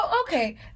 okay